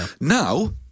Now